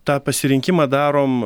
tą pasirinkimą darom